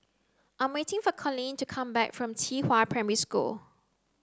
I'm waiting for Coleen to come back from Qihua Primary School